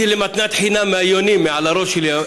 זכיתי למתנת חיים מהיונים מעל הראש שלי.